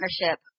partnership